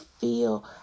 feel